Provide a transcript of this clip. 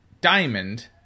Diamond